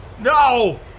No